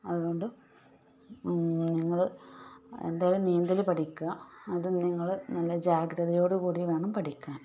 അതുകൊണ്ട് നിങ്ങൾ എന്തായാലും നീന്തൽ പഠിക്കുക അതും നിങ്ങൾ നല്ല ജാഗ്രതയോട് കൂടി വേണം പഠിക്കാൻ